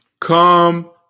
Come